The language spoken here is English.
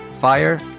fire